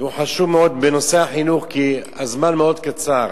והוא חשוב מאוד, בנושא החינוך, כי הזמן מאוד קצר: